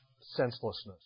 senselessness